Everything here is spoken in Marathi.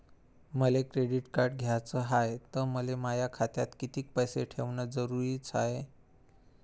मले क्रेडिट कार्ड घ्याचं हाय, त मले माया खात्यात कितीक पैसे ठेवणं जरुरीच हाय?